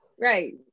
Right